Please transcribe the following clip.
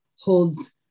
holds